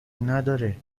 نداره